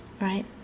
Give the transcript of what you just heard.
right